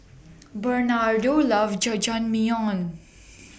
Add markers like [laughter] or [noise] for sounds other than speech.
[noise] Bernardo loves Jajangmyeon